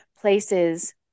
places